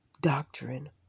doctrine